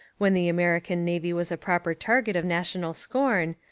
when the american navy was a proper target of national scorn,